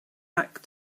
back